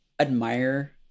admire